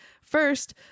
First